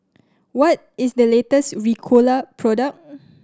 what is the latest Ricola product